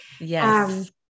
Yes